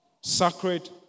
sacred